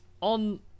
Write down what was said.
on